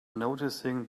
noticing